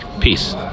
Peace